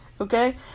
Okay